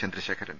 Chandrasekharan